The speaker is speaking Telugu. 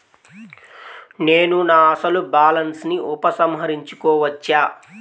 నేను నా అసలు బాలన్స్ ని ఉపసంహరించుకోవచ్చా?